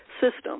system